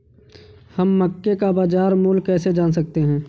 हम मक्के का बाजार मूल्य कैसे जान सकते हैं?